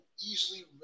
easily